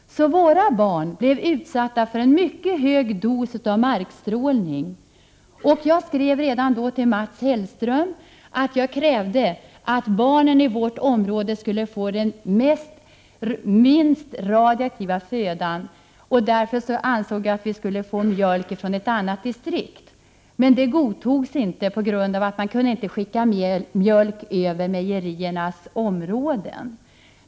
Våra barn blev utsatta för mycket markstrålning. Jag skrev redan då till Mats Hellström och krävde att barnen i vårt område skulle få den minst radioaktiva födan. Jag ansåg därför att vi borde få mjölk från ett annat distrikt. Men det godtogs inte, på grund av att man inte kunde skicka mjölk mellan mejeriernas områden.